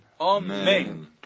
Amen